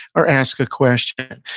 or ask a question.